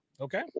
okay